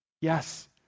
Yes